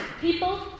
people